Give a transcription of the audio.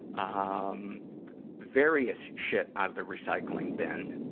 um various shit out of the recycling bin.